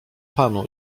panu